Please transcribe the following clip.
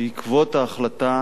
בעקבות ההחלטה